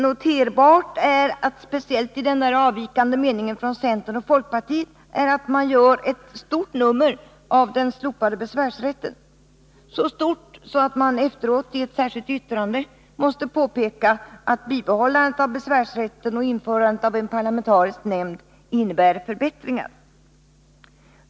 Noterbart är speciellt i den avvikande meningen från centern och folkpartiet att man gör ett stort nummer av den slopade besvärsrätten — så stort att man efteråt i ett särskilt yttrande måste påpeka att bibehållandet av besvärsrätten och införandet av en parlamentarisk nämnd innebär förbättringar.